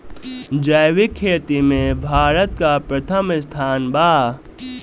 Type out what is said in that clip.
जैविक खेती में भारत का प्रथम स्थान बा